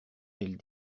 elle